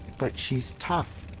but she's tough,